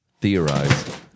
theorize